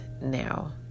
now